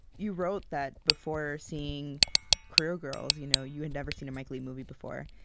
you wrote that before seeing career girls, you know you had never seen a mike leigh movie before,